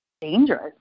dangerous